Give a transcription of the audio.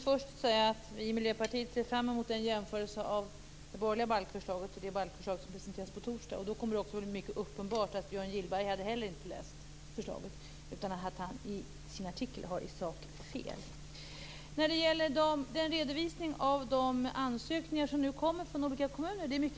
Fru talman! Vi i Miljöpartiet ser fram emot en jämförelse av det borgerliga balkförslaget och det balkförslag som presenteras på torsdag. Då kommer det också vara uppenbart att Björn Gillberg inte heller läst förslaget utan att han i sak har fel i sin artikel. Det är intressant att höra redovisningen av de ansökningar som nu kommit från olika kommuner.